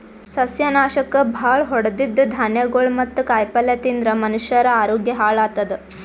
ಸಸ್ಯನಾಶಕ್ ಭಾಳ್ ಹೊಡದಿದ್ದ್ ಧಾನ್ಯಗೊಳ್ ಮತ್ತ್ ಕಾಯಿಪಲ್ಯ ತಿಂದ್ರ್ ಮನಷ್ಯರ ಆರೋಗ್ಯ ಹಾಳತದ್